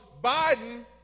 Biden